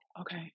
Okay